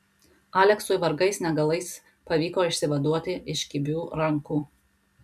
aleksui vargais negalais pavyko išsivaduoti iš kibių rankų